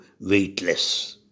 weightless